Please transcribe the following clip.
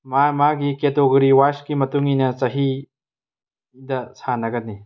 ꯃꯥ ꯃꯥꯒꯤ ꯀꯦꯇꯥꯒꯣꯔꯤ ꯋꯥꯏꯁꯀꯤ ꯃꯇꯨꯡꯏꯟꯅ ꯆꯍꯤꯗ ꯁꯥꯟꯅꯒꯅꯤ